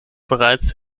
bereits